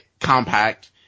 compact